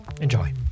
Enjoy